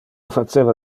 faceva